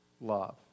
love